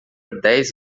dez